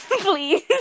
Please